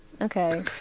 Okay